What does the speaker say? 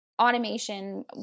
automation